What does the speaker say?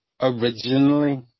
originally